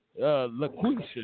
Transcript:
LaQuisha